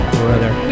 brother